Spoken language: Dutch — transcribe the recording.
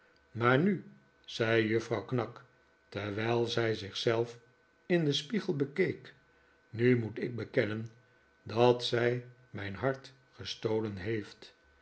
maar nu zei juffrouw knag terwijl zij zich zelf in den spiegel bekeek nu moet ik bekennen dat zij mijn hart gestolen heeft